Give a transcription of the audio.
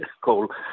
call